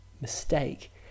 mistake